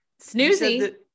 Snoozy